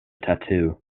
tattoo